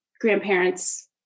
grandparents